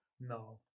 No